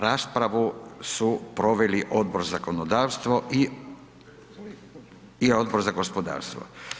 Raspravu su proveli Odbor za zakonodavstvo i Odbor za gospodarstvo.